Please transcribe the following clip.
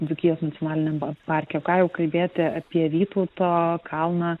dzūkijos nacionaliniame parke ką jau kalbėti apie vytauto kalną